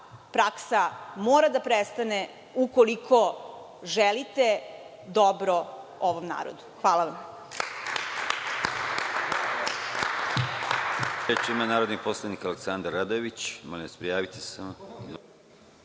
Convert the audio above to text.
praksa mora da prestane ukoliko želite dobro ovom narodu. Hvala vam.